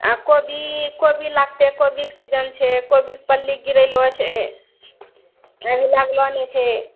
आ कोबी कोबी लागतै कोबी कऽ सीजन छै कोबी कऽ पल्ली गिरैलो छै